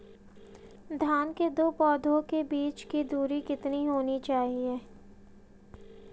धान के दो पौधों के बीच की दूरी कितनी होनी चाहिए?